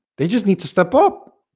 they just need to step up